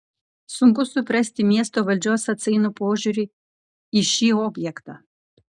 sunku suprasti miesto valdžios atsainų požiūrį į šį objektą